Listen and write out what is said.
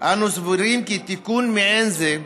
אנו סבורים כי תיקון מעין זה,